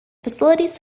facilities